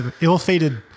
ill-fated